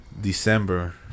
December